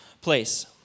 place